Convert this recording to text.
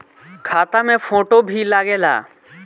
खाता मे फोटो भी लागे ला?